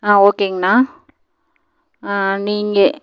ஆ ஓகேங்கண்ணா நீங்கள்